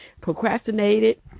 procrastinated